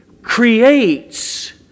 Creates